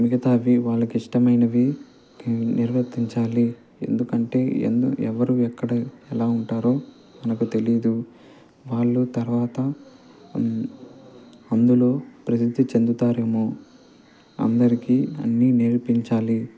మిగతావి వాళ్ళకి ఇష్టమైనవి నిర్వర్తించాలి ఎందుకంటే ఎందు ఎవరు ఎక్కడ ఎలా ఉంటారో మనకు తెలీదు వాళ్ళు తర్వాత అందులో ప్రసిద్ధి చెందుతారేమో అందరికీ అన్నీ నేర్పించాలి